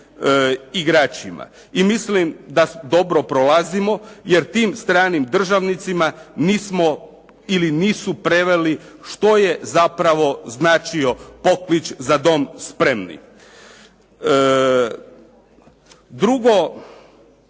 I mislim da dobro prolazimo jer tim stranim državljanima nismo ili nisu preveli što je zapravo značio poklič "Za Dom spremni!". Drugo,